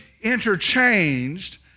interchanged